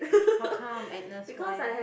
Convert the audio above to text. how come Agnus why